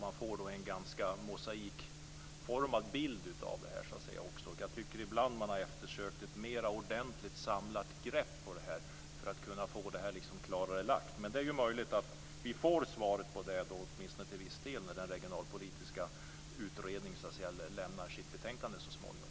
Man får då en ganska mosaikbetonad bild av resultatet. Jag tycker att man ibland borde eftersöka ett mer samlat grepp på detta för att kunna få en mer klarlagd bild. Men det är möjligt att vi får svar, åtminstone till viss del, när den regionalpolitiska utredningen lämnar sitt betänkande så småningom.